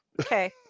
Okay